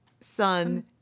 son